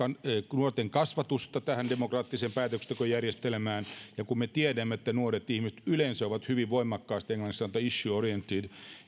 nuorten kasvatusta tähän demokraattiseen päätöksentekojärjestelmään ja kun me tiedämme että nuoret ihmiset yleensä ovat hyvin voimakkaasti englanniksi sanotaan issue oriented